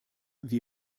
wie